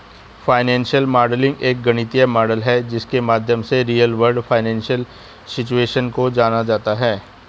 financial modelling एक गणितीय model है जिसके माध्यम से रियल वर्ल्ड फाइनेंशियल सिचुएशन को जाना जाता है